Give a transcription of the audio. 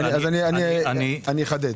אני אחדד.